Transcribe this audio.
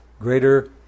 greater